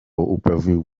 upewnił